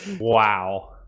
Wow